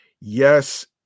Yes